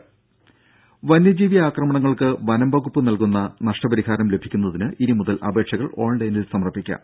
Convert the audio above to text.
ദേദ വന്യജീവി ആക്രമണങ്ങൾക്ക് വനം വകുപ്പ് നൽകുന്ന നഷ്ടപരിഹാരം ലഭിക്കുന്നതിന് ഇനി മുതൽ അപേക്ഷകൾ ഓൺലൈനിൽ സമർപ്പിക്കാം